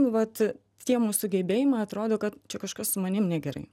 nu vat tie mūsų gebėjimai atrodo kad čia kažkas su manim negerai